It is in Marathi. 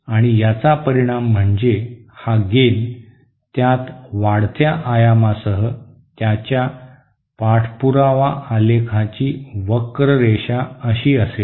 आणि याचा परिणाम म्हणजे हा गेन त्यात वाढत्या आयामासह त्याच्या पाठपुरावा आलेखाची वक्र रेष अशी असेल